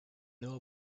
know